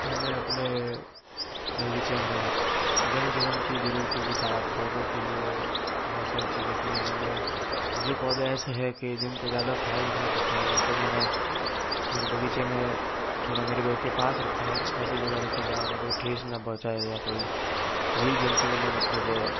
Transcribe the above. मैंने अपने बगीचे में वनजीवन की जरूरतों के साथ पौधों के लिए बहुत सारी चीजें की हैं मैंने जो पौधें ऐसे हैं कि जिनको ज़्यादा ख्याल रखना पड़ता है उनको मैंने मेरे बगीचे में थोड़ा मेरे घर के पास रखा है ऐसी जगह रखी है जहाँ उन्हें कोई ठेस ना पहुचाएँ या कोई जीव जंतु उन्हें मतलब